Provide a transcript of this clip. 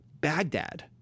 Baghdad